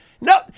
No